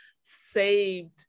saved